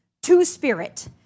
Two-spirit